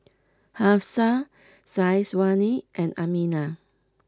Hafsa Syazwani and Aminah